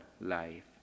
life